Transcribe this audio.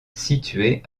situé